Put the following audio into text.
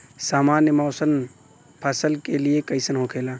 सामान्य मौसम फसल के लिए कईसन होखेला?